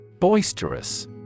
Boisterous